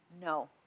No